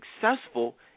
successful